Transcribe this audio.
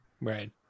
Right